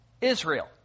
Israel